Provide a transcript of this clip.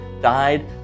died